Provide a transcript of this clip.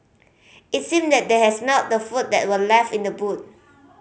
it seemed that they had smelt the food that were left in the boot